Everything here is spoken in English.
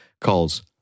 calls